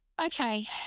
Okay